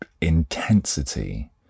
intensity